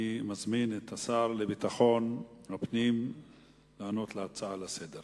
אני מזמין את השר לביטחון הפנים לענות על ההצעה לסדר-היום.